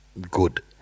good